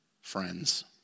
friends